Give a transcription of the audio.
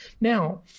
Now